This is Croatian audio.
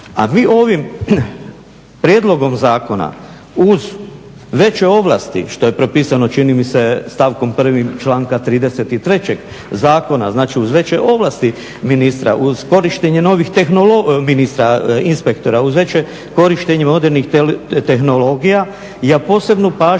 A vi ovim prijedlogom zakona uz veće ovlasti, što je propisano čini mi se stavkom 1. članka 33. zakona, znači uz veće ovlasti inspektora, uz korištenje novih modernih tehnologija ja posebnu pažnju